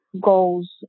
goals